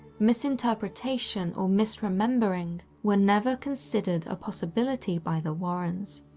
misinterpretation or misremembering were never consider a possibility by the warrens.